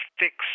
fix